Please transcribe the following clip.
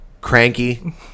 Cranky